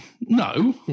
no